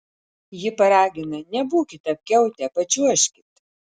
ji paragina nebūkit apkiautę pačiuožkit